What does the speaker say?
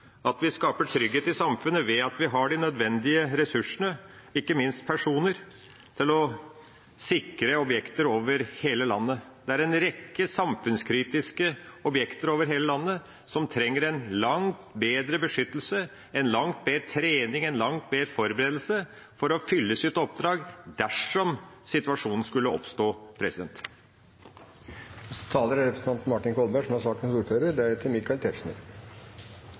at vi skaper trygghet i samfunnet ved at vi har de nødvendige ressursene – ikke minst personer – til å sikre objekter over hele landet. Det er en rekke samfunnskritiske objekter over hele landet som trenger en langt bedre beskyttelse, langt mer trening og langt mer forberedelse for å fylle sitt oppdrag dersom situasjonen skulle oppstå.